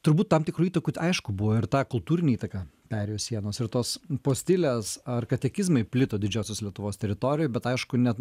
turbūt tam tikrų įtakų t aišku buvo ir ta kultūrinė įtaka perėjos sienos ir tos postilės ar katekizmai plito didžiosios lietuvos teritorijoj bet aišku net